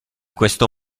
questo